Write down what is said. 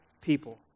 people